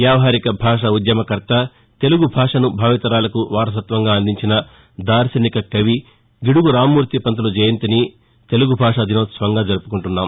వ్యావహారిక భాషా ఉద్యమ కర్త తెలుగు భాషను భావితరాలకు వారసత్వంగా అందించిన దార్యనిక కవి గిడుగు రామ్మూర్తి పంతులు జయంతిని మసం తెలుగు భాషా దినోత్సవంగా జరుపుకుంటున్నాం